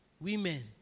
Women